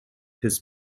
his